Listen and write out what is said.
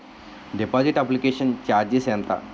Deposit application charges ఎంత?